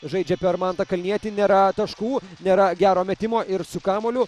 žaidžia per mantą kalnietį nėra taškų nėra gero metimo ir su kamuoliu